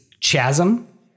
Chasm